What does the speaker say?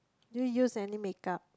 do you use any make up